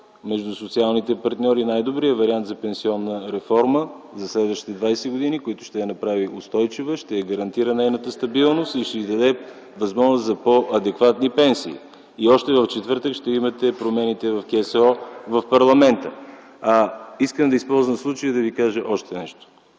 между социалните партньори най-добрия вариант за пенсионна реформа за следващите 20 години, който ще я направи устойчива, ще гарантират нейната стабилност и ще даде възможност за по-адекватни пенсии. (Реплики от КБ.) Още в четвъртък ще имате промените в Кодекса за социално осигуряване в парламента. Искам да използвам случая да Ви кажа още нещо.